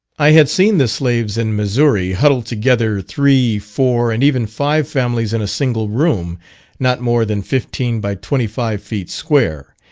i had seen the slaves in missouri huddled together, three, four, and even five families in a single room not more than fifteen by twenty five feet square,